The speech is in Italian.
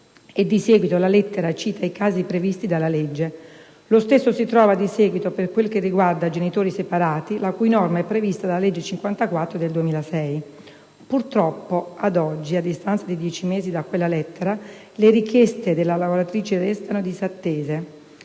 di seguito, la lettera cita i casi previsti dalla legge. Lo stesso si trova poi per quel che riguarda i genitori separati, per i quali la relativa disciplina è prevista dalla legge n. 54 del 2006. Purtroppo ad oggi, a distanza di 10 mesi da quella lettera, le richieste delle lavoratrici restano disattese.